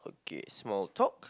K small talk